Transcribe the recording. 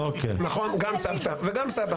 נכון, גם סבתא וגם סבא.